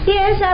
Yes